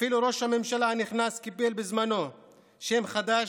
אפילו ראש הממשלה הנכנס קיבל בזמנו שם חדש,